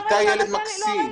איתי ילד מקסים.